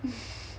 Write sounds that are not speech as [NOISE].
[LAUGHS]